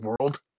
World